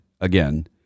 again